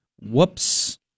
whoops